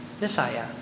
Messiah